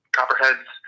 Copperheads